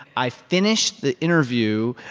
i finish the interview.